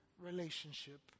relationship